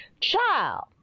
Child